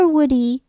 Woody